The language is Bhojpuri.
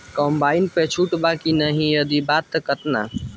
कम्बाइन पर छूट बा की नाहीं यदि बा त केतना?